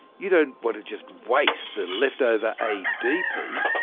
you don't want to just waste the leftover adp,